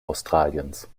australiens